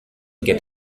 get